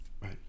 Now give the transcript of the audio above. right